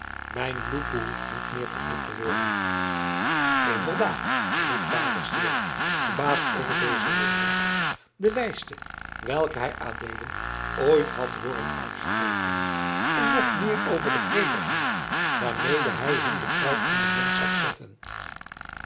mijn bloed behoeft niet meer verhit te worden inderdaad riep vader syard verbaasd over deze woorden de wijste welke hij adeelen ooit had hooren uitspreken en nog meer over de gretigheid waarmede hij hem de kruik aan den mond zag zetten